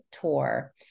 tour